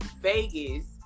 Vegas